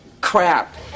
crap